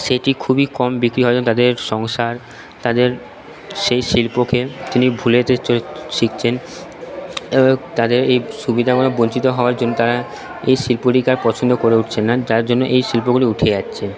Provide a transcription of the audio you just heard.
সেটি খুবই কম বিক্রি হওয়ার জন্য তাদের সংসার তাদের সেই শিল্পকে তিনি ভুলে শিখছেন তাদের এই সুবিধা বঞ্চিত হওয়ার জন্য তারা এই শিল্পটিকে আর পছন্দ করে উঠছেন না যার জন্য এই শিল্পগুলি উঠে যাচ্ছে